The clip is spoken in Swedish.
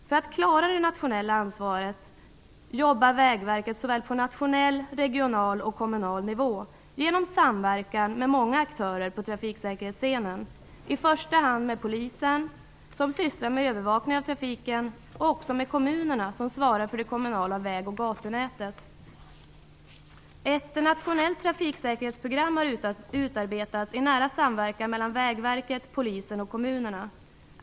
För att klara det nationella ansvaret jobbar Vägverket såväl på nationell som på regional och kommunal nivå, genom samverkan med många aktörer på trafiksäkerhetsscenen, i första hand med Polisen, som sysslar med övervakning av trafiken, och också med kommunerna, som svarar för det kommunala väg och gatunätet. Ett nationellt trafiksäkerhetsprogram har utarbetats i nära samverkan mellan Vägverket, Polisen och kommunerna.